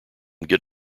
get